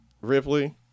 ripley